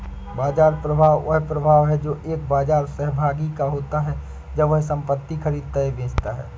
बाजार प्रभाव वह प्रभाव है जो एक बाजार सहभागी का होता है जब वह संपत्ति खरीदता या बेचता है